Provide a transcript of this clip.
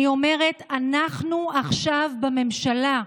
אני אומרת: אנחנו עכשיו בממשלה,